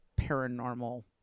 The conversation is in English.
paranormal